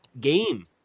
game